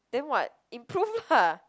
then what improve lah